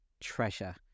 treasure